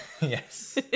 yes